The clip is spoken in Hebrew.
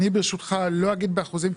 ברשותך אני לא אגיד את האחוזים,